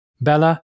bella